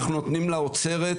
אנחנו נותנים לאוצרת,